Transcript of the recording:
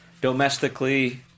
Domestically